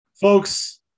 Folks